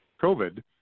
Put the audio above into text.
COVID